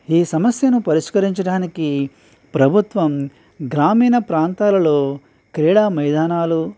ఈ సమస్యను పరిష్కరించడానికి ప్రభుత్వం గ్రామీణ ప్రాంతాలలో క్రీడా మైదానాలు